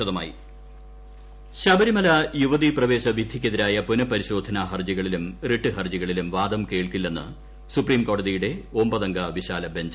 ശബരിമല യുവതീപ്രവേശം സുപ്രീംകോടതി ശബരിമല യുവതീ പ്രവേശ വിധിക്കെതിരായ പുനഃപരിശോധനാ ഹർജികളിലും റിട്ട് ഹർജികളിലും വാദം കേൾക്കില്ലെന്ന് സുപ്രീംകോടതിയുടെ ഒമ്പതംഗ വിശാല ബെഞ്ച്